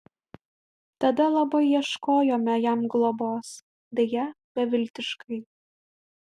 tada labai ieškojome jam globos deja beviltiškai